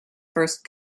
first